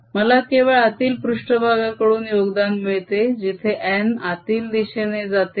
मला केवळ आतील पृष्ट्भागाकडून योगदान मिळते जिथे n आतील दिशेने जाते आहे